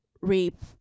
rape